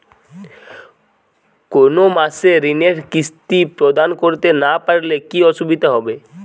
কোনো মাসে ঋণের কিস্তি প্রদান করতে না পারলে কি অসুবিধা হবে?